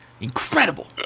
incredible